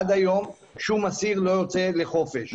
עד היום שום אסיר לא יוצא לחופשה.